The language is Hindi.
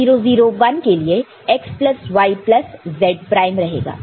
0 0 1 के लिए x plus y plus z prime रहेगा